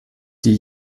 die